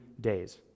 days